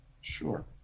Sure